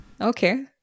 Okay